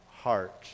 heart